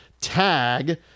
tag